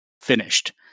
finished